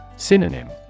Synonym